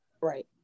Right